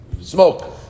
smoke